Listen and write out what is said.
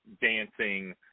dancing